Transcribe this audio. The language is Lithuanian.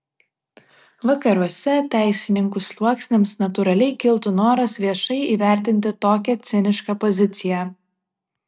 vakaruose teisininkų sluoksniams natūraliai kiltų noras viešai įvertinti tokią cinišką poziciją